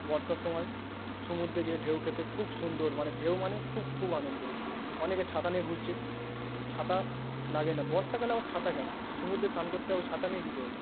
বর্ষার সমায় সমুদ্রে গিয়ে ঢেউ খেতে খুব সুন্দর মানে ঢেউ মানে খুব খুব আনন্দ অনেকে ছাতা নিয়ে ঘুরছে ছাতা লাগে না বর্ষাকালে আবার ছাতা কেন সমুদ্রে সান করতে যাবো ছাতা নিয়ে কী করবে